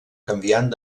canviant